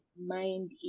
mind